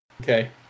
Okay